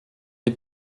les